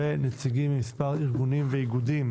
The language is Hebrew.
ונציגים ממספר איגודים וארגונים.